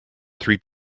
three